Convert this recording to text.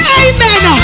amen